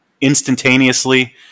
instantaneously